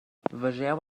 vegeu